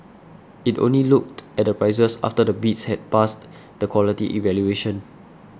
it only looked at the prices after the bids had passed the quality evaluation